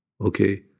okay